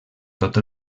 tot